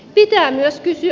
pitää myös kysyä